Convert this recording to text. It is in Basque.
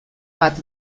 bat